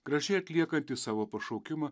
gražiai atliekantis savo pašaukimą